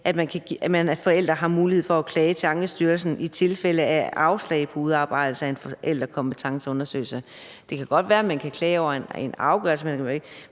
at forældre har mulighed for at klage til Ankestyrelsen i tilfælde af afslag på udarbejdelse af en forældrekompetenceundersøgelse. Det kan godt være, at man kan klage over en afgørelse, men